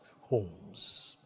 homes